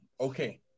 okay